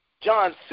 John